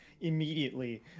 immediately